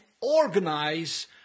organize